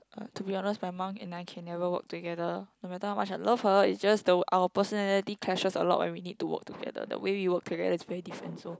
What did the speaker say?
uh to be honest my mom and I can never work together no matter how much I love her it's just the our personality crashes a lot when we need to work together the way we work together is very different so